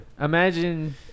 Imagine